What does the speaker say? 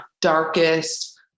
darkest